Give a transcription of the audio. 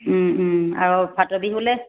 আৰু ফাট বিহুলে